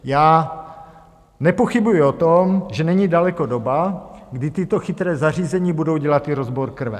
Já nepochybuji o tom, že není daleko doba, kdy tato chytrá zařízení budou dělat i rozbor krve.